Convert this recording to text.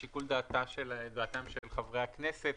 לשיקול דעתם של חברי הכנסת,